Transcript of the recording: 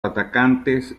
atacantes